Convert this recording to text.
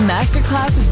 Masterclass